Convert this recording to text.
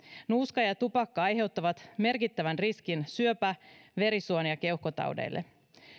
nuuska ja tupakka aiheuttavat merkittävän riskin syöpä verisuoni ja keuhkotaudeille